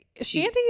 Shandy